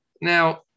Now